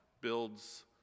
builds